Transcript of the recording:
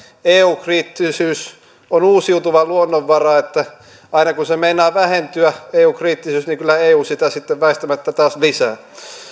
eu kriittisyys on uusiutuva luonnonvara aina kun eu kriittisyys meinaa vähentyä niin kyllä eu sitä sitten väistämättä taas lisää